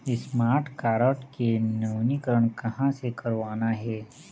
Smart card के नवीनीकरण कहां से करवाना हे?